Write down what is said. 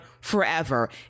forever